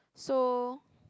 so